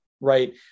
right